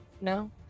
No